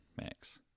Max